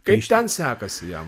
kaip ten sekasi jam